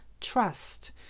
trust